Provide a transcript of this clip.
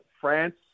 France